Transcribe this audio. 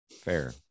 fair